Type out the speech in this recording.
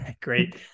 Great